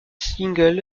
singles